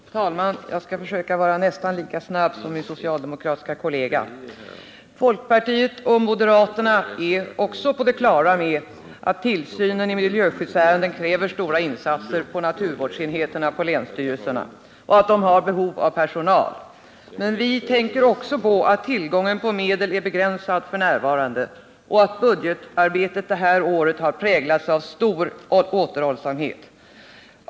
Herr talman! Jag skall försöka vara lika snabb som min socialdemokratiske kollega. Folkpartiet och moderaterna är också på det klara med att tillsynen i miljöskyddsärenden kräver stora insatser på naturvårdsenheterna och att man har behov av personal. Men vi tänker också på att tillgången på medel f.n. är begränsad och att budgetarbetet det här året har präglats av stor återhållsamhet.